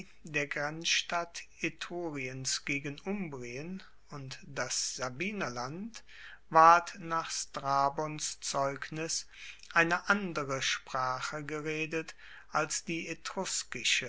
der grenzstadt etruriens gegen umbrien und das sabinerland ward nach strabons zeugnis eine andere sprache geredet als die